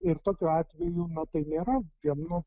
ir tokiu atveju na tai nėra vien nu